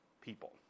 people